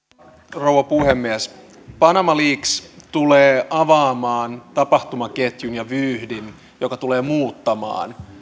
rouva puhemies panama leaks tulee avaamaan tapahtumaketjun ja vyyhdin joka tulee muuttamaan